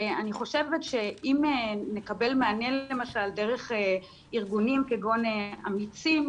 אני חושבת שצריך שנקבל מענה למשל דרך ארגונים כגון אמיצים,